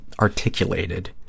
articulated